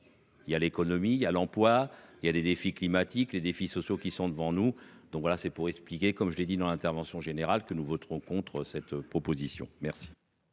Il y a l'économie à l'emploi, il y a des défis climatiques les défis sociaux qui sont devant nous. Donc voilà c'est pour expliquer comme je l'ai dit dans l'intervention générale que nous voterons contre cette proposition, merci.